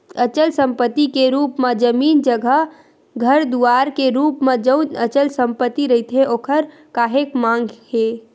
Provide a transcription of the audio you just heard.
अचल संपत्ति के रुप म जमीन जघाए घर दुवार के रुप म जउन अचल संपत्ति रहिथे ओखर काहेक मांग हे